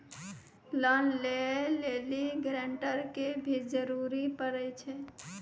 Loan लै लेली guarantor के भी जरूरी पड़ै छै?